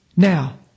Now